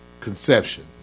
conception